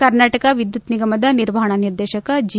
ಕರ್ನಾಟಕ ವಿದ್ಯುತ್ ನಿಗಮದ ನಿರ್ವಾಹಣಾ ನಿರ್ದೇತಕ ಜಿ